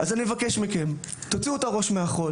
אני מבקש מכם תוציאו את הראש מהחול,